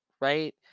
right